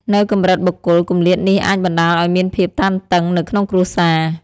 នៅកម្រិតបុគ្គល គម្លាតនេះអាចបណ្តាលឱ្យមានភាពតានតឹងនៅក្នុងគ្រួសារ។